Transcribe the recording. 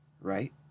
right